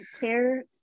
care